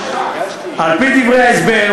על-פי דברי ההסבר,